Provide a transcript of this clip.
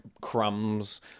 crumbs